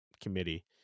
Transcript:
committee